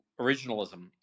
originalism